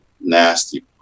nasty